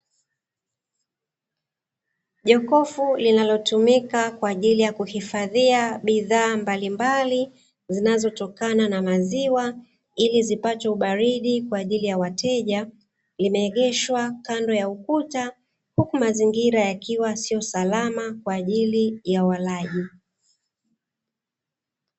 Jokofu linalotumika kwa ajili ya kuhifadhia bidhaa mbalimbali, zinazotokana na maziwa, Ili zipate ubaridi kwa ajili ya wateja, limeegeshwa kando ya ukuta, huku mazingira yakiwa sio salama kwa ajili ya walaji.